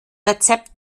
rezept